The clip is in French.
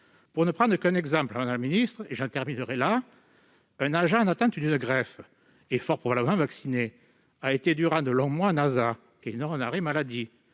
Pour ne prendre qu'un exemple, madame la ministre, j'évoquerai le cas d'un agent en attente d'une greffe et fort probablement vacciné. Il a été durant de longs mois en ASA et non en arrêt maladie.